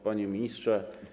Panie Ministrze!